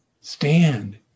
Stand